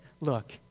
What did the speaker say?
look